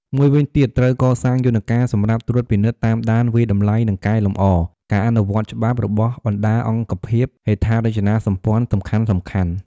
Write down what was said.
មួយវិញទៀត ត្រូវកសាងយន្តការ សម្រាប់ ត្រួតពិនិត្យ តាមដាន វាយតម្លៃ និង កែលម្អ ការអនុវត្តច្បាប់ របស់ បណ្តាអង្គភាពហេដ្ឋារចនាសម្ព័ន្ធសំខាន់ៗ។